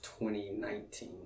2019